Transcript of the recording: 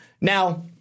Now